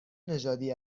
نژادی